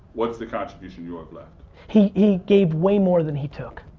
what's the contribution you have left? he he gave way more than he took.